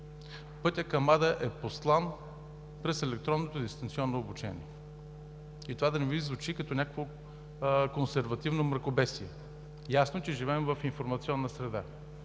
пътят към ада е постлан през електронното дистанционно обучение. И това да не Ви звучи като някакво консервативно мракобесие. Ясно е, че живеем в информационна среда.